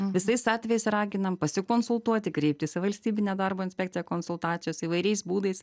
visais atvejais raginam pasikonsultuoti kreiptis į valstybinę darbo inspekciją konsultacijos įvairiais būdais